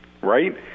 right